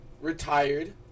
retired